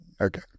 Okay